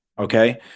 okay